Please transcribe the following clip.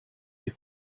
die